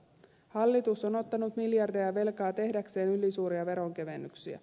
hallitus on ottanut miljardeja velkaa tehdäkseen ylisuuria veronkevennyksiä